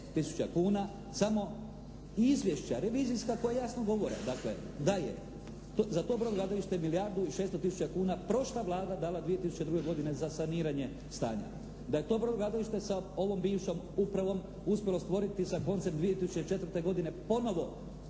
tisuća kuna. Samo izvješća revizijska koja jasno govore, dakle, dalje za to brodogradilište milijardu i 600 tisuća kuna prošla Vlada dala 2002. godine za saniranje stanja. Da je to brodogradilište sa ovom bivšom upravom uspjelo stvoriti sa koncem 2004. godine ponovo